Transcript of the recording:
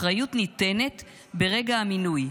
אחריות ניתנת ברגע המינוי.